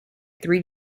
three